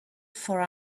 for